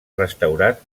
restaurat